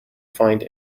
find